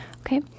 Okay